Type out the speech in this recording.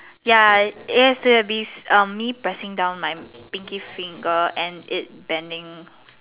ya it has to be um me pressing down my pinkie finger and it bending